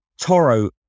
Toro